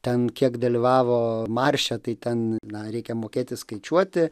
ten kiek dalyvavo marše tai ten na reikia mokėti skaičiuoti